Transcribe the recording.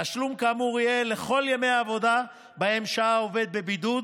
תשלום כאמור יהיה לכל ימי העבודה שבהם שהה העובד בבידוד,